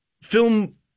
film